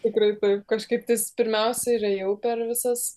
tikrai taip kažkaip tais pirmiausia ir ėjau per visas